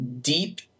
deep